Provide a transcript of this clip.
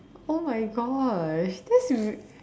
oh my gosh this is